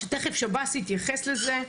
שתיכף שב"ס יתייחס לזה,